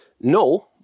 no